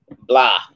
blah